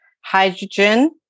hydrogen